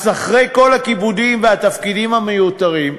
אז אחרי כל הכיבודים והתפקידים המיותרים,